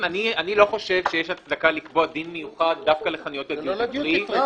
אני לא חושב שיש הצדקה לקבוע דין מיוחד דווקא לחנויות הדיוטי פרי.